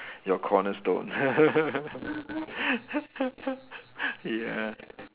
your cornerstone ya